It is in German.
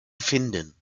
finden